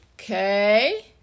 okay